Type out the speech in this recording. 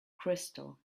crystal